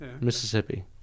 Mississippi